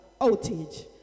outage